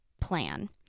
plan